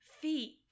feet